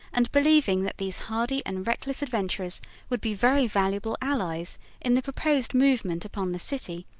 and believing that these hardy and reckless adventurers would be very valuable allies in the proposed movement upon the city,